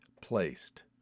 placed